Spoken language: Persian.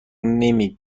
نمی